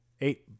Eight